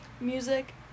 Music